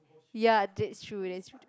yeah that's true that's true